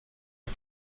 est